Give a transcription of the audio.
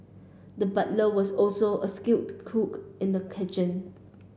the butcher was also a skilled cook in the kitchen